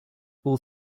all